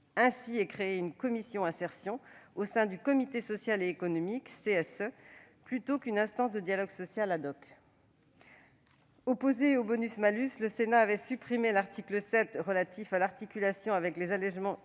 Ainsi est créée une commission « insertion » au sein du comité social et économique (CSE), plutôt qu'une instance de dialogue social. Opposé au bonus-malus, le Sénat a supprimé l'article 7 relatif à l'articulation avec les allégements généraux